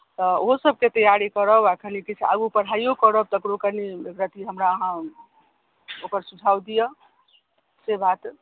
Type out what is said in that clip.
तऽ ओहिसभके तैआरी करब आ कनि किछु आगू पढ़ाइयो करब तकरहु कनि एकरत्ती हमरा अहाँ ओकर सुझाव दिअ से बात